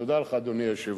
תודה לך, אדוני היושב-ראש.